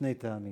משני טעמים.